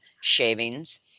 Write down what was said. shavings